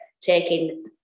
taking